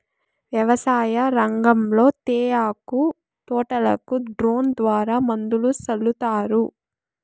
వ్యవసాయ రంగంలో తేయాకు తోటలకు డ్రోన్ ద్వారా మందులు సల్లుతారు